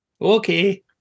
Okay